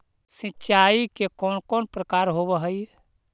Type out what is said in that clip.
सिंचाई के कौन कौन प्रकार होव हइ?